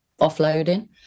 offloading